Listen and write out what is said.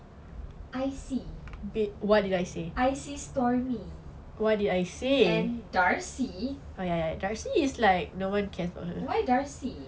icy icy stormie and darcy why darcy